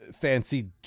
fancy